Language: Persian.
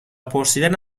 پرسیدن